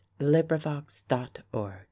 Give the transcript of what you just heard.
LibriVox.org